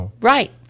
right